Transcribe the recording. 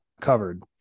covered